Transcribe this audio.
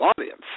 audience